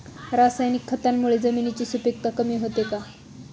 रासायनिक खतांमुळे जमिनीची सुपिकता कमी होते का?